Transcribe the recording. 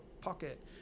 Pocket